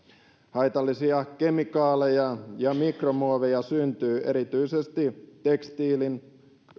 haitallisia kemikaaleja ja mikromuoveja syntyy erityisesti tekstiilin